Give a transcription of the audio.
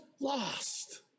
Lost